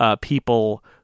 people